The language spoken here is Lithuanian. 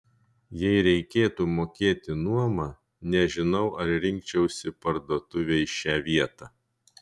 jei reikėtų mokėti nuomą nežinau ar rinkčiausi parduotuvei šią vietą